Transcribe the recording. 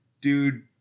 dude